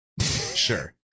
sure